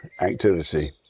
activity